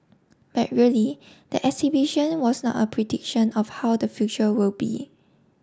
but really the exhibition was not a prediction of how the future will be